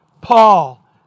Paul